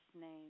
name